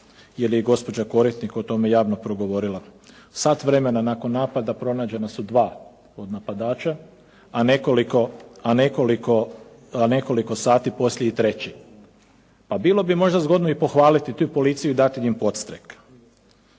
jer je i gospođa Koritnik o tome javno progovorila. Sat vremena nakon napada pronađena su dva od napadača, a nekoliko sati poslije i treći. Pa bilo bi možda i zgodno i pohvaliti tu i policiju i dati im podstrek.